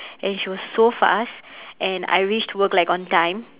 and she was so fast and I reached work like on time